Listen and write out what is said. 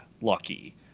Lucky